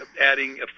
adding